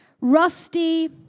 rusty